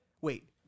Wait